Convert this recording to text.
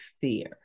fear